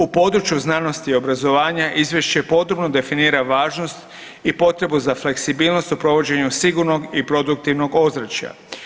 U području znanosti i obrazovanje izvješće podrobno definira važnost i potrebu za fleksibilnost u provođenju sigurnog i produktivnog ozračja.